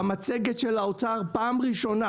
במצגת של האוצר בפעם הראשונה,